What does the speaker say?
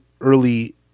early